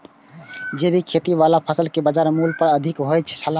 जैविक खेती वाला फसल के बाजार मूल्य अधिक होयत छला